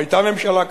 היתה ממשלה כזאת.